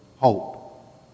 hope